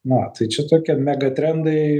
na tai čia tokie mega trendai